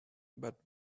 but